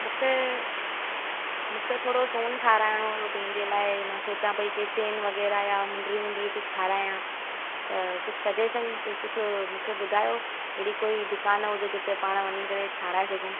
मूंखे मूंखे थोरो सोन ठाराइणो हुओ पंहिंजे लाइ मां सोचा पेई की चैन वग़ैरह या मुंडियूं मुंडियूं कुझु ठाहिराया त कुझु सज़ेशन कुझु मूंखे ॿुधायो हेणी कोई दुकान हुजे जिते पाणु वञी करे ठारहाए सघूं